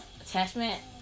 attachment